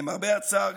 למרבה הצער,